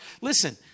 Listen